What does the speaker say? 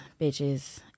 bitches